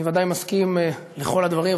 אני בוודאי מסכים לכל הדברים.